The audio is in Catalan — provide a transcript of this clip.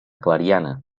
clariana